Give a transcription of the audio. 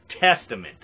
Testament